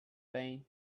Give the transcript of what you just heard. pain